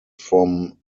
from